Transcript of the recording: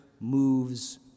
moves